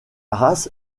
race